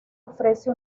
ofrece